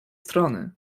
strony